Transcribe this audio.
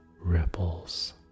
ripples